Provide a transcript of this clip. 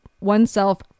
oneself